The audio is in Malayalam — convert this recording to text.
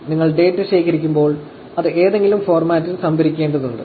നിങ്ങൾ ഡാറ്റ ശേഖരിക്കുമ്പോൾ അത് ഏതെങ്കിലും ഫോർമാറ്റിൽ സംഭരിക്കേണ്ടതുണ്ട്